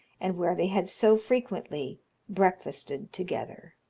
and where they had so frequently breakfasted together.